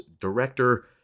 director